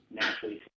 naturally